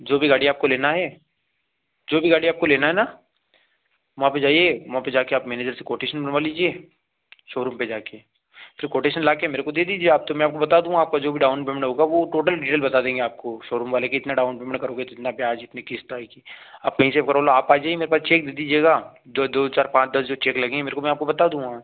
जो भी गाड़ी आपको लेना हे जो भी गाड़ी आपको लेना है ना वहाँ पर जाइए वहाँ पर जाकर आप मैनेजर से कोटेशन बनवा लीजिए शोरूम पर जा कर फिर कोटेशन ला कर मेरे को दे दीजिए आप तो मैं आपको बता दूँगा आपका जो भी डाउन पेमेंट होगा वह टोटल डीटेल बता देंगे आपको सोरूम वाले कि इतना डाउन पेमेंट करोगे तो इतना ब्याज इतनी किश्त आएगी आप कहीं से आप आ जाइए मेरे पास चेक दे दीजिएगा जो दो चार पाँच दस जो चेक लगेंगे मेरे को मैं आपको बता दूँगा